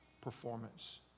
performance